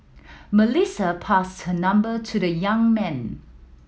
Melissa passed her number to the young man